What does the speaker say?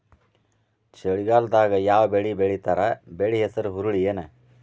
ಚಳಿಗಾಲದಾಗ್ ಯಾವ್ ಬೆಳಿ ಬೆಳಿತಾರ, ಬೆಳಿ ಹೆಸರು ಹುರುಳಿ ಏನ್?